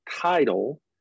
title